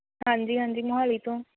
ਹਾਂਜੀ ਹਾਂਜੀ ਮੋਹਾਲੀ ਤੋਂ